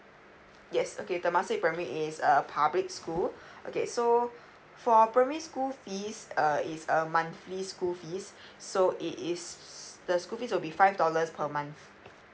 yes okay temasek primary is a public school okay so for primary school fees uh is a monthly school fees so it is the school fees will be five dollars per month